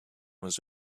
was